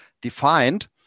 defined